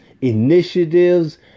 initiatives